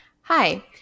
hi